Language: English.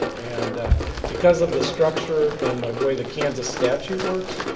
and because of the structure and the way the kansas statute works,